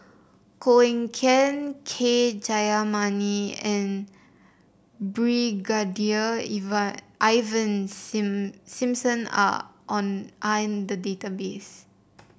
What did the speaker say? Koh Eng Kian K Jayamani and Brigadier Ivan Sing Simson are on are in the database